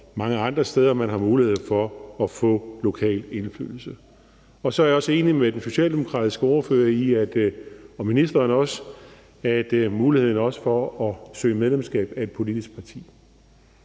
mange andre steder, man har mulighed for at få lokal indflydelse. Så er jeg også enig med den socialdemokratiske ordfører og ministeren i, at der også er mulighed for at søge medlemskab af et politisk parti.